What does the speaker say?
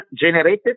generated